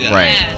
right